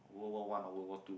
World War One or World War Two